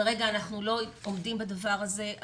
כרגע אנחנו לא עומדים בדבר הזה,